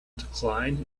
declined